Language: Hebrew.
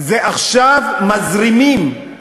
עכשיו מזרימים,